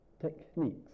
techniques